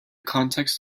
context